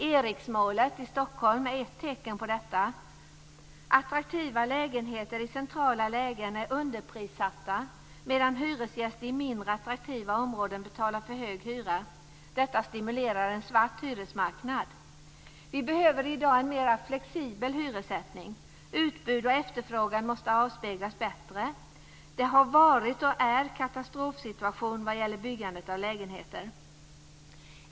Eriksmålet i Stockholm är ett tecken på detta. Attraktiva lägenheter i centrala lägen är underprissatta, medan hyresgäster i mindre attraktiva områden betalar för hög hyra. Detta stimulerar en svart hyresmarknad. Vi behöver i dag en mer flexibel hyressättning. Utbud och efterfrågan måste avspeglas bättre. Det har varit och är katastrofsituation vad gäller byggandet av lägenheter.